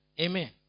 Amen